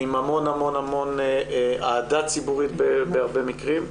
עם המון המון אהדה ציבורית בהרבה מקרים,